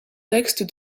textes